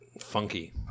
funky